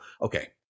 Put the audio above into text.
Okay